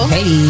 Hey